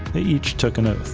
they each took an oath.